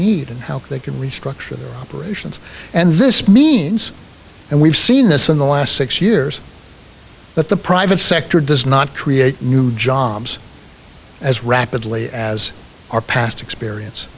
need and how they can restructure operations and this means and we've seen this in the last six years that the private sector does not create new jobs as rapidly as our past experience